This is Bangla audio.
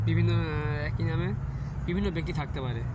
বিভিন্ন একই নামে বিভিন্ন ব্যক্তি থাকতে পারে